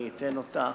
אני אתן אותה.